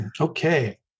Okay